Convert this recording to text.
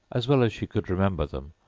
as well as she could remember them,